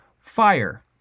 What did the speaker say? fire